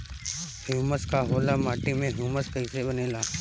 Humus का होला माटी मे ह्यूमस कइसे बनेला?